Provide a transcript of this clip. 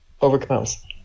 overcomes